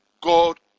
God